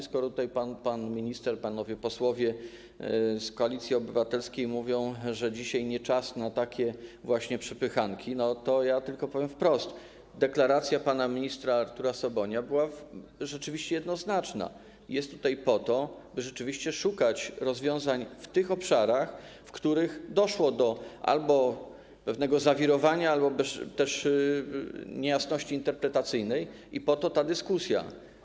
Skoro pan minister, panowie posłowie z Koalicji Obywatelskiej mówią, że dzisiaj nie czas na takie przepychanki, to ja tylko powiem wprost: deklaracja pana ministra Artura Sobonia była rzeczywiście jednoznaczna, jest tutaj po to, by szukać rozwiązań w tych obszarach, w których doszło albo do pewnego zawirowania, albo do niejasności interpretacyjnej, i po to jest ta dyskusja.